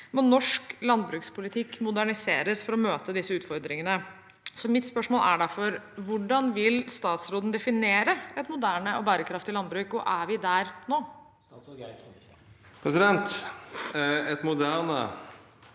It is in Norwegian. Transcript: må norsk landbrukspolitikk moderniseres for å møte disse utfordringene. Mitt spørsmål er derfor: Hvordan vil statsråden definere et moderne og bærekraftig landbruk, og er vi der nå? Statsråd Geir